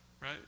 right